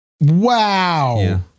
Wow